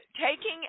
Taking